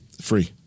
Free